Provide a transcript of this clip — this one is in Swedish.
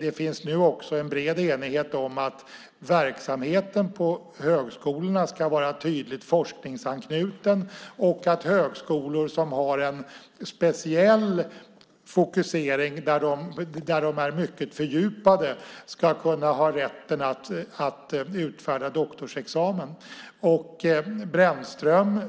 Det finns nu också en bred enighet om att verksamheten på högskolorna ska vara tydligt forskningsanknuten och att högskolor som har en speciell fokusering där de är mycket fördjupade ska kunna ha rätt att utfärda doktorsexamen. Brännström